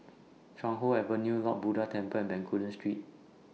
Chuan Hoe Avenue Lord Buddha Temple and Bencoolen Street